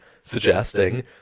suggesting